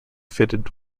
fitted